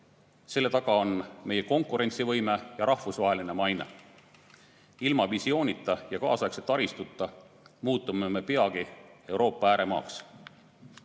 selle taga on meie konkurentsivõime ja rahvusvaheline maine. Ilma visioonita ja kaasaegse taristuta muutume peagi Euroopa ääremaaks. Võib-olla